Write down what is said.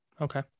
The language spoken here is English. Okay